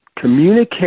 Communicate